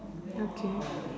okay